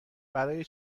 برای